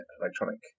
electronic